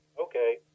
Okay